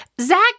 Zach